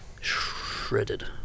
shredded